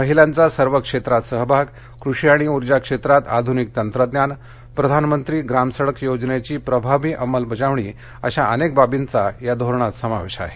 महिलांचा सर्व क्षेत्रात सहभाग कृषी आणि ऊर्जा क्षेत्रात आध्निक तंत्रज्ञान प्रधान मंत्री ग्राम सडक योजनेची प्रभावी अमलबजावणी अशा अनेक बाबींचा या धोरणात समावेश आहे